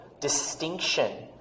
distinction